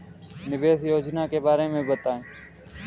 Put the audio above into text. निवेश योजना के बारे में बताएँ?